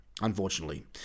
unfortunately